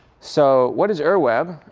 so what is ur web?